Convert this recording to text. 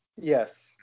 Yes